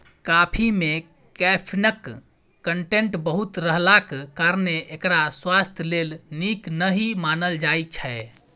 coffee मे कैफीनक content बहुत रहलाक कारणेँ एकरा स्वास्थ्य लेल नीक नहि मानल जाइ छै